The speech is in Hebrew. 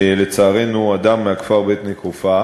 לצערנו, אדם מהכפר עין-נקובא.